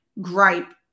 gripe